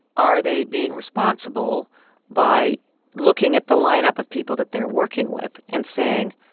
are they being responsible by looking at the lineup of people that they're working with and saying,